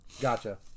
Gotcha